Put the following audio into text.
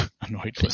annoyed